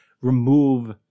remove